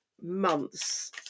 months